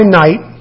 night